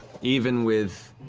even with